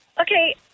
Okay